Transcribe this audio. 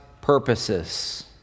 purposes